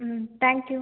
ம் thank you